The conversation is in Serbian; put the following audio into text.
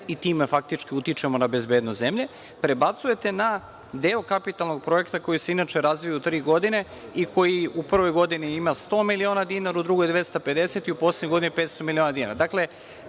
i time faktički utičemo na bezbednost zemlje, prebacujete na deo kapitalnog projekta koji se inače razvija do tri godine i koji u prvoj godini ima 100 miliona dinara, u drugoj 250 i u poslednjoj godini 500 miliona dinara.